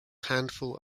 handful